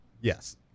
Yes